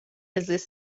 زیست